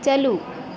ᱪᱟᱹᱞᱩ